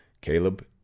Caleb